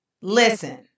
Listen